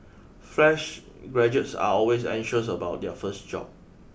fresh graduates are always anxious about their first job